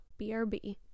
BRB